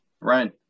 Right